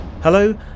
Hello